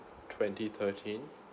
twenty thirteen